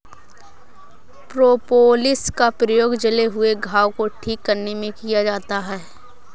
propolis का प्रयोग जले हुए घाव को ठीक करने में किया जाता है